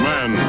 Man